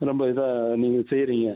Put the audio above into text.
ரொம்ப இதாக நீங்கள் செய்கிறீங்க